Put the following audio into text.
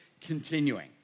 continuing